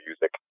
music